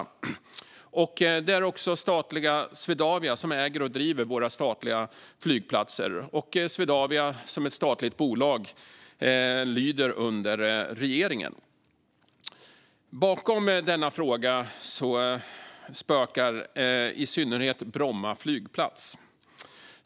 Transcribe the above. Det är statliga Swedavia som äger och driver våra statliga flygplatser, och Swedavia som ett statligt bolag lyder under regeringen. Bakom denna fråga spökar i synnerhet Bromma flygplats.